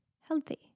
healthy